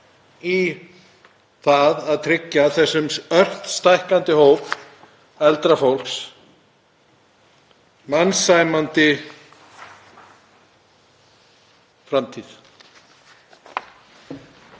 í það að tryggja þessum ört stækkandi hópi eldra fólks mannsæmandi framtíð?